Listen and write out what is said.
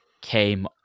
came